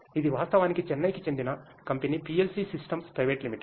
ఇది వాస్తవానికి చెన్నైకి చెందిన company PLC systems private limited